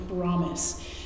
promise